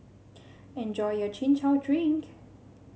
enjoy your Chin Chow Drink